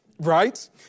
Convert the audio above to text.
right